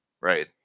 Right